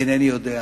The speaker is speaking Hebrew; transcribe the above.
אינני יודע,